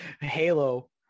Halo